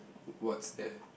w~ what's there